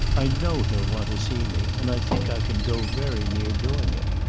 i know he'll want to see me, and i think i can go very near doing it.